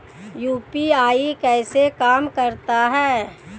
UPI कैसे काम करता है?